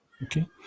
okay